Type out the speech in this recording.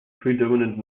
predominant